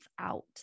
out